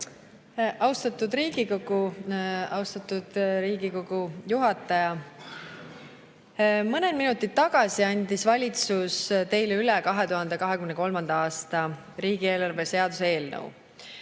Austatud Riigikogu juhataja! Mõned minutid tagasi andis valitsus teile üle 2023. aasta riigieelarve seaduse eelnõu.